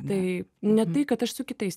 tai ne tai kad aš su kitais